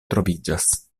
troviĝas